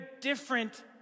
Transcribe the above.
different